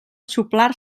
xuplar